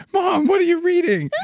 mom, what are you reading?